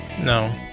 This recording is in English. No